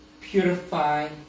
purify